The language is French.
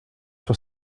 sur